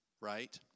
right